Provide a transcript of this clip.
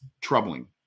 troubling